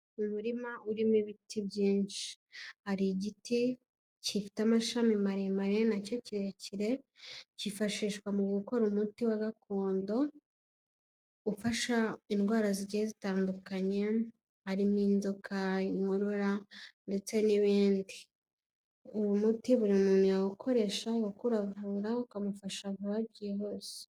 Mu murima urimo ibiti byinshi, hari igiti gifite amashami maremare na cyo kirekire, kifashishwa mu gukora umuti wa gakondo, ufasha indwara zigiye zitandukanye, harimo inzoka, inkorora ndetse n'ibindi, uwo muti buri muntu yawukoresha kuko uravura ukamufasha vuba byihuse.